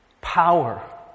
power